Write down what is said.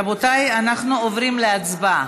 רבותיי, אנחנו עוברים להצבעה.